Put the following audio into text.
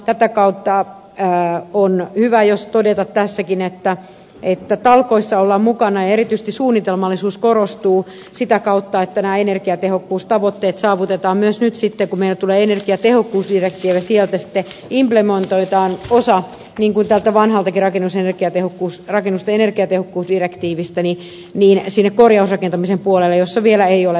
tätä kautta on hyvä todeta tässäkin että talkoissa ollaan mukana ja erityisesti suunnitelmallisuus korostuu sitä kautta että nämä energiatehokkuustavoitteet saavutetaan sitten myös nyt kun meille tulee energiatehokkuusdirektiivi ja sieltä sitten imb remontoidaan jatkossa niinkuin tältä implementoidaan osa tästä vanhastakin rakennusten energiatehokkuusdirektiivistä korjausrakentamisen puolelle missä vielä ei ole määräyksiä